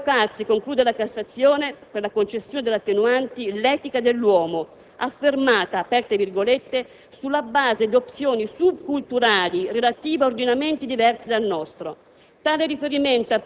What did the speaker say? Né può evocarsi, conclude la Cassazione, per la concessione delle attenuanti, "l'etica dell'uomo", affermata "sulla base di opzioni sub-culturali relative a ordinamenti diversi dal nostro.